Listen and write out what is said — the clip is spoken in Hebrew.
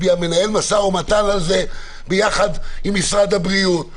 מנהל משא ומתן על זה יחד עם משרד הבריאות,